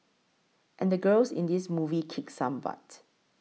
and the girls in this movie kick some butt